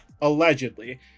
allegedly